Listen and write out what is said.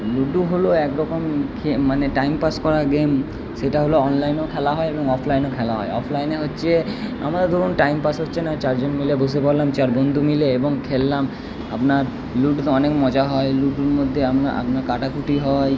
ludo হলো এক রকম খে মানে টাইম পাশ করা গেম সেটা হলো অনলাইনেও খেলা হয় এবং অফলাইনেও খেলা হয় অফলাইনে হচ্ছে আমরা ধরুন টাইম পাস হচ্ছে না চারজন মিলে বসে পড়লাম চার বন্ধু মিলে এবং খেললাম আপনার লুডুতে অনেক মজা হয় লুডুর মধ্যে আপনার কাটাকুটি হয়